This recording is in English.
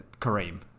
Kareem